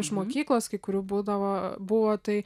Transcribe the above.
iš mokyklos kai kurių būdavo buvo tai